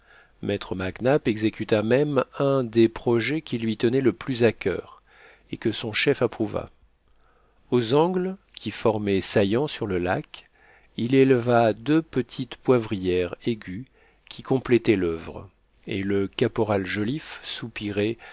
maître mac nap exécuta même un des projets qui lui tenaient le plus au coeur et que son chef approuva aux angles qui formaient saillant sur le lac il éleva deux petites poivrières aiguës qui complétaient l'oeuvre et le caporal joliffe soupirait